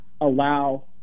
allow